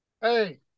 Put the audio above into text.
Hey